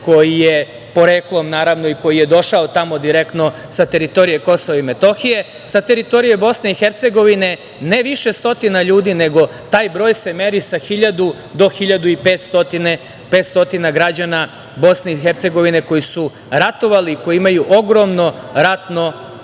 koji je poreklom i koji je došao tamo direktno sa teritorije Kosova i Metohije, sa teritorije Bosne i Hercegovine ne više stotina ljudi, nego se taj broj meri sa 1.000 do 1.500 građana Bosne i Hercegovine koji su ratovali i koji imaju ogromno ratno